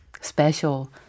special